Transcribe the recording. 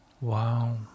Wow